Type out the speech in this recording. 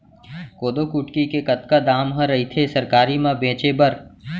कोदो कुटकी के कतका दाम ह रइथे सरकारी म बेचे बर?